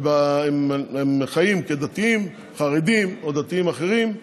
הם חיים כדתיים, חרדים או דתיים אחרים,